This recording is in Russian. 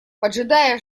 поджидая